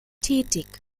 tätig